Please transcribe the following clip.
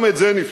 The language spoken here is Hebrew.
גם את זה נפתור.